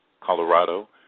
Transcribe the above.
colorado